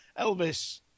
Elvis